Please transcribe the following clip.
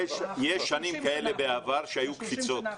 יש שנים כאלה בעבר, שהיו קפיצות.